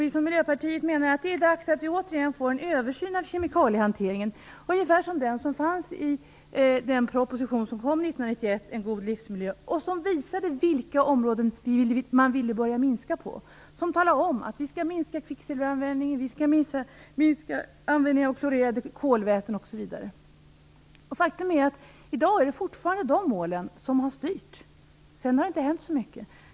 Vi i Miljöpartiet menar att det är dags att vi återigen får en översyn av kemikaliehanteringen, ungefär som den som fanns i den proposition som kom 1991, En god livsmiljö. Den visade vilka områden man ville börja minska på. Den talade om att vi skulle minska kvicksilveranvändningen, användningen av klorerade kolväten osv. I dag är det fortfarande de målen som styr. Det har inte hänt så mycket sedan dess.